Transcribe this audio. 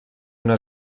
una